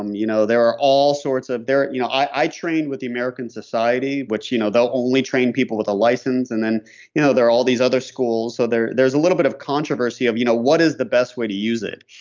um you know there are all sorts of. you know i trained with the american society which you know they'll only train people with a license. and then you know there are all these other schools. so there's a little bit of controversy of you know what is the best way to use it.